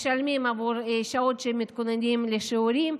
משלמים להם עבור שעות שמתכוננים לשיעורים.